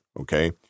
okay